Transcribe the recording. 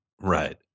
Right